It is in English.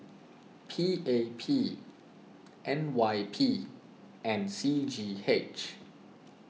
P A P N Y P and C G H